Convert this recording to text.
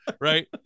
Right